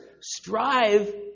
Strive